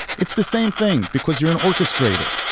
it's the same thing, because you're an orchestrator.